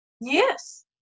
Yes